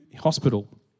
hospital